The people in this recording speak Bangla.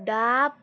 ডাব